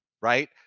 right